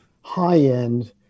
high-end